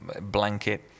Blanket